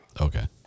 okay